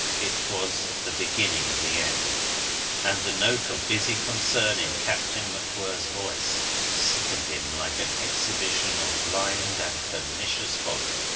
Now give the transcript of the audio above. it was the beginning of the end and the note of busy concern in captain macwhirrs voice sickened him like an exhibition of blind and pernicious folly.